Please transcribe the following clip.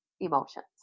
emotions